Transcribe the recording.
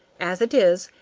as it is,